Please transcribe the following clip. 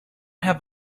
have